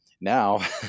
Now